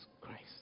Christ